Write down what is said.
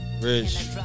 Rich